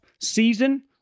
season